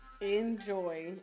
Enjoy